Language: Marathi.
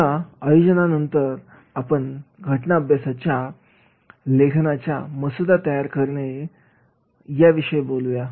आता आयोजनानंतर आपण घटना अभ्यासाच्या लिखाणामधील मसुदा तयार करणे याच्या विषयी बोलूया